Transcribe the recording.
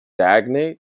stagnate